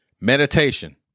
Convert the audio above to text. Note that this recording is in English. Meditation